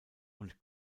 und